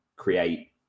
create